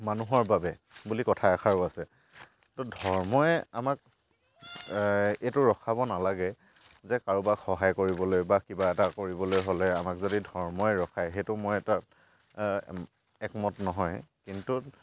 মানুহৰ বাবে বুলি কথা এষাৰ আছে তো ধৰ্মই আমাক এইটো ৰখাব নালাগে যে কাৰোবাক সহায় কৰিবলৈ বা কিবা এটা কৰিবলৈ হ'লে আমাক যদি ধৰ্মই ৰখাই সেইটো মই এটা একমত নহয় কিন্তু